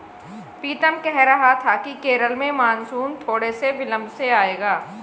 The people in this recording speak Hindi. पीतम कह रहा था कि केरल में मॉनसून थोड़े से विलंब से आएगा